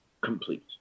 complete